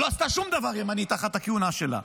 שלא עשתה שום דבר ימני תחת הכהונה שלה.